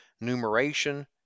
numeration